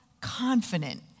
confident